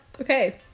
okay